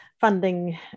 funding